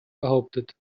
behauptet